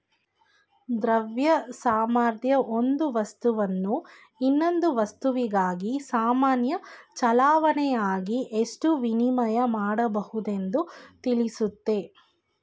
ದ್ರವ್ಯ ಸಾಮರ್ಥ್ಯ ಒಂದು ವಸ್ತುವನ್ನು ಇನ್ನೊಂದು ವಸ್ತುವಿಗಾಗಿ ಸಾಮಾನ್ಯ ಚಲಾವಣೆಯಾಗಿ ಎಷ್ಟು ವಿನಿಮಯ ಮಾಡಬಹುದೆಂದು ತಿಳಿಸುತ್ತೆ